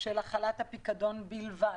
של החלת הפיקדון בלבד.